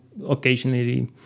occasionally